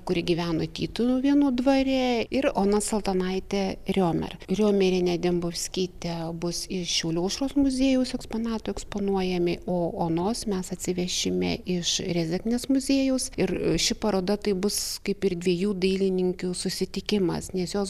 kuri gyveno tytuvėnų dvare ir ona saltonaitė riomer riomerienė dembovskytė bus ir šiaulių aušros muziejaus eksponatų eksponuojami o onos mes atsivešime iš rėzeknės muziejaus ir ši paroda tai bus kaip ir dviejų dailininkių susitikimas nes jos